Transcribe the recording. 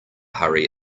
hurry